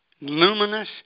luminous